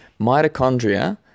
Mitochondria